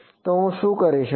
તો હું શું કરી શકું